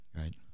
right